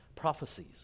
prophecies